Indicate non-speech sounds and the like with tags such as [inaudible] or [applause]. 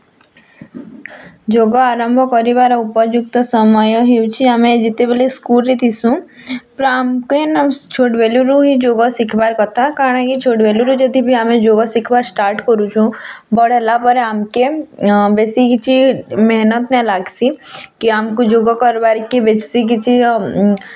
ଯୋଗ ଆରମ୍ଭ କରିବାର ଉପଯୁକ୍ତ ସମୟ ହେଉଛି ଆମେ ଯେତେବେଲେ ସ୍କୁଲ୍ରେ ଥିସୁ [unintelligible] ଆଉ ଛୋଟ୍ ବେଲୁରୁ ହିଁ ଯୋଗ ଶିଖିବାର୍ କଥା କାରଣ ଏଇ ଛୋଟ୍ ବେଲୁରୁ ଯଦି ବି ଆମେ ଯୋଗ ଶିଖିବା ଷ୍ଟାର୍ଟ୍ କରୁଛୁଁ ବଡ଼୍ ହେଲାପରେ ଆମ୍ କେ ବେଶିକିଛି ମେହନତ୍ ନାଇ ଲାଗ୍ ସି କେ ଆମ୍କୁ ଯୋଗ କାରବାର୍କେ ବେଶିକିଛି